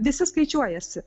visi skaičiuojasi